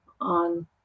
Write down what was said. on